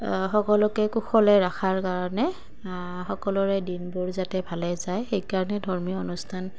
সকলোকে কুশলে ৰখাৰ কাৰণে সকলোৰে দিনবোৰ যাতে ভালে যায় সেইকাৰণে ধৰ্মীয় অনুষ্ঠান